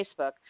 Facebook